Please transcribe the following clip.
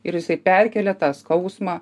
ir jisai perkėlė tą skausmą